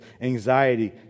Anxiety